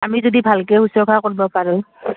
আমি যদি ভালকে শুশ্ৰূষা কৰিব পাৰোঁ